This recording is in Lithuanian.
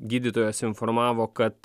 gydytojas informavo kad